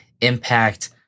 impact